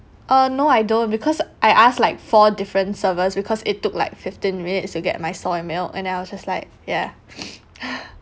uh no I don't because I asked like four different servers because it took like fifteen minutes to get my soy milk and then I just like ya